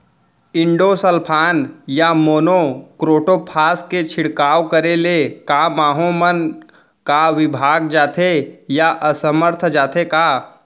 Endosulfan या monocrotophos के छिड़काव करे ले क माहो मन का विभाग जाथे या असमर्थ जाथे का?